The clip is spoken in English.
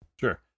Sure